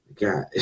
God